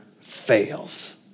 fails